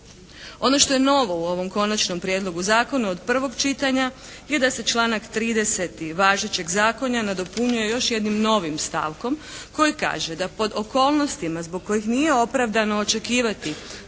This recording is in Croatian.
Ono što je novu u ovom konačnom prijedlogu zakona od prvog čitanja je da se članak 30. važećeg zakona nadopunjuje još jednim novim stavkom koji kaže, da pod okolnostima zbog kojih nije opravdano očekivati